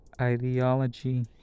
ideology